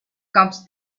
comes